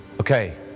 Okay